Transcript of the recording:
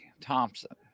thompson